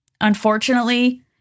Unfortunately